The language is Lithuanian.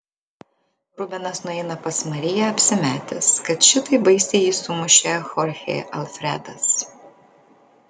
rubenas nueina pas mariją apsimetęs kad šitaip baisiai jį sumušė chorchė alfredas